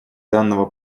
данного